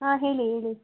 ಹಾಂ ಹೇಳಿ ಹೇಳಿ